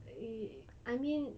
eh I mean